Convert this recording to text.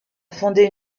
fonder